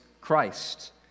Christ